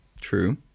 true